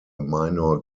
minor